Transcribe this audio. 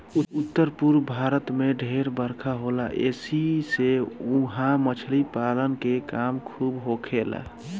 उत्तर पूरब भारत में ढेर बरखा होला ऐसी से उहा मछली पालन के काम खूब होखेला